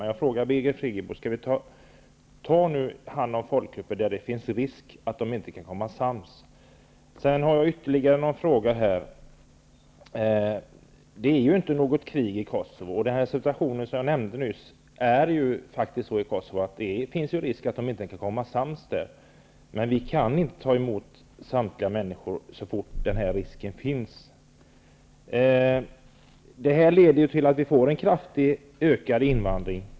Jag vill fråga Birgit Friggebo: Om det finns risk för att folkgrupper inte kan samsas, skall vi då ta hand om flyktingar ur sådana folkgrupper? Jag har ytterligare en fråga. Det pågår inte något krig i Kosovo. Som jag nyss nämnde är situationen där sådan att det finns risk för att man inte kan samsas. Men vi kan ju inte ta emot alla så fort den här risken finns. Resultatet blir att vi får en kraftigt ökad invandring.